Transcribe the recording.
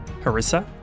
Harissa